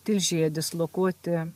tilžėje dislokuoti